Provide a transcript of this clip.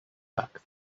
back